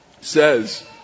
says